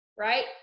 right